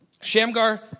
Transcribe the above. Shamgar